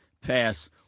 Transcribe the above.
pass